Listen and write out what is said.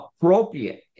appropriate